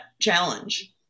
challenge